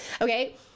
okay